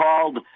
called